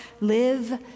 live